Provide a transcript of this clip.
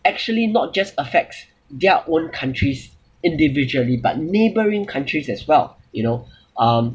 actually not just affects their own countries individually but neighbouring countries as well you know um